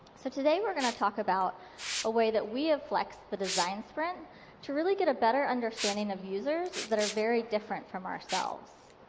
so today, we're going to talk about a way that we have flexed the design sprint to really get a better understanding of users that are very different from ourselves.